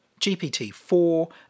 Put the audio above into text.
GPT-4